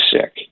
sick